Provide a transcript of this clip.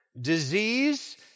Disease